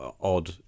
odd